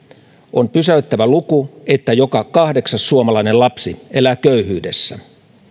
on pysäyttävä luku että joka kahdeksas suomalainen lapsi elää köyhyydessä